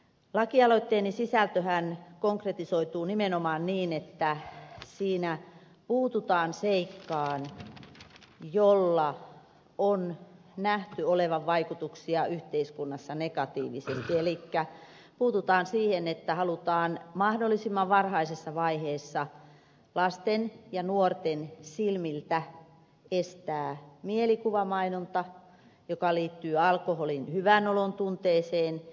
lakialoitteeni sisältöhän konkretisoituu nimenomaan niin että siinä puututaan seikkaan jolla on nähty olevan vaikutuksia yhteiskunnassa negatiivisesti elikkä puututaan siihen että halutaan mahdollisimman varhaisessa vaiheessa lasten ja nuorten silmiltä estää mielikuvamainonta joka liittyy alkoholin hyvänolon tunteeseen